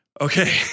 Okay